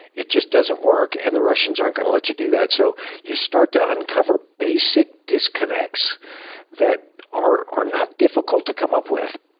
it just doesn't work and the russians aren't going to let you do that. so you start to uncover basic disconnects that are are not difficult to come up with.